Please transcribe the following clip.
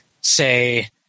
say